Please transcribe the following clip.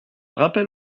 rappel